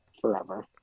forever